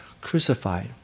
crucified